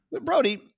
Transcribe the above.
Brody